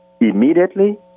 Immediately